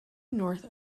north